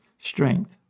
strength